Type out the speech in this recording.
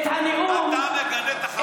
אתה מגנה את חמאס?